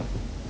actually